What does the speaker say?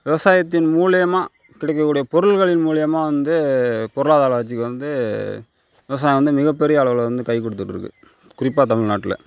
விவசாயத்தின் மூலியமாக கிடைக்கக்கூடிய பொருள்களின் மூலியமாக வந்து பொருளாதார வளர்ச்சிக்கு வந்து விவசாயம் வந்து மிகப்பெரிய அளவில் வந்து கைக்கொடுத்துட்டு இருக்கு குறிப்பாக தமிழ்நாட்டில்